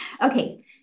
Okay